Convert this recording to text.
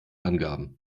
angaben